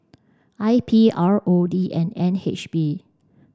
I P R O D and N H B